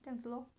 这样子 lor